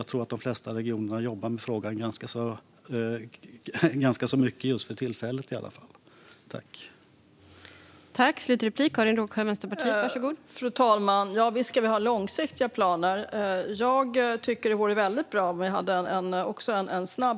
Jag tror att de flesta regioner jobbar med frågan ganska mycket i varje fall för tillfället.